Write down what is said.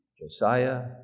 Josiah